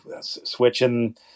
switching